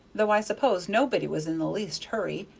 though i suppose nobody was in the least hurry,